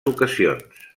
ocasions